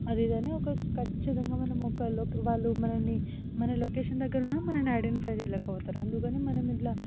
అది ఇది అని ఒక ఖచ్చితంగా మనం ఒక వాళ్ళు మనలని మన లొకేషన్ దగ్గర ఉన్న మనలని ఐడెంటిఫై చేయలేకపోతారు అందుకని మనం ఇట్లా